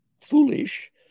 foolish